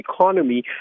economy